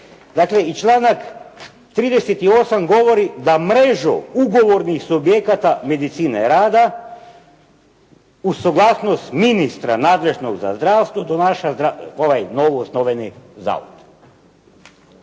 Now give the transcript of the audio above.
dakle i članak 38. govori da mrežu ugovornih subjekata medicine rada uz suglasnost ministra nadležnog za zdravstvo donaša ovo novoosnovani zavod.